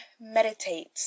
meditate